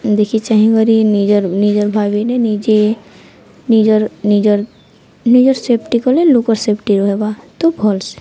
ଦେଖି ଚାହିଁକରି ନିଜର ନିଜର ଭାବନେ ନିଜେ ନିଜର ନିଜର ନିଜର ସେଫ୍ଟି କଲେ ଲୋକର୍ ସେଫ୍ଟି ରହବା ତ ଭଲସେ